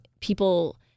people